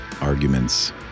Arguments